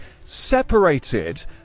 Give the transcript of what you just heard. separated